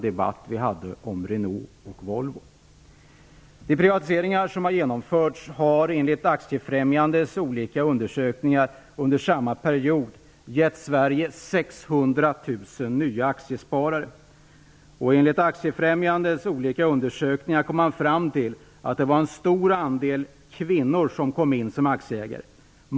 De privatiseringar som har genomförts har enligt Aktiefrämjandets olika undersökningar under samma period gett Sverige 600 000 nya aktiesparare. I Aktiefrämjandets olika undersökningar kom man fram till att det var en stor andel kvinnor som blev aktieägare.